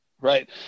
right